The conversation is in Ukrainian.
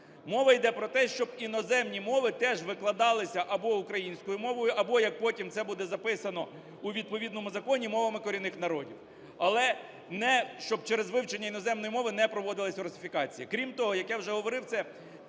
Мова йде про те, щоб іноземні мови теж викладалися або українською мовою, або, як потім це буде записано у відповідному законі, мовами корінних народів. Але не… щоб через вивчення іноземної мови не проводилась русифікація. Крім того, як я вже говорив, це